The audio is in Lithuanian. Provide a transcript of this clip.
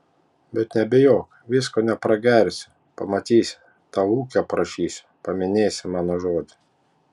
bet nebijok visko nepragersiu pamatysi tau ūkį aprašysiu paminėsi mano žodį